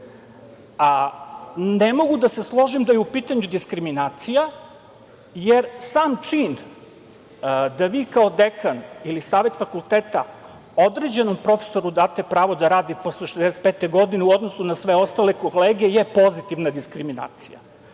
ne. Ne mogu da se složim da je u pitanju diskriminacija, jer sam čin da vi kao dekan ili savet fakulteta određenom profesoru date pravo da radi posle 65. godine u odnosu na sve ostale kolege je pozitivna diskriminacija.